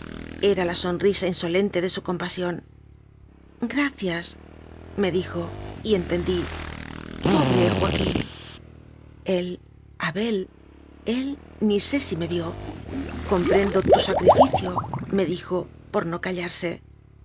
era la sonrisa insolente de su compasión gracias me dijo y entendí pobre joaquín el abel él ni sé si me vió comprendo tu sacrificio me dijo por no callarse